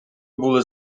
були